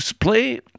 play